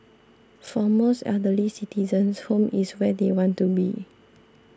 for most elderly citizens home is where they want to be